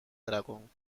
dragón